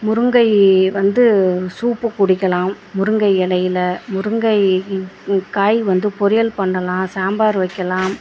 முருங்கை வந்து சூப்பு குடிக்கலாம் முருங்கை இலையில் முருங்கை காய் வந்து பொரியல் பண்ணலாம் சாம்பார் வைக்கலாம்